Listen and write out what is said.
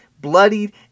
bloodied